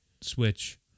switch